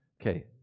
Okay